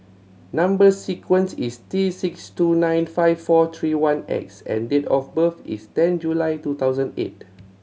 number sequence is T six two nine five four three one X and date of birth is ten July two thousand eight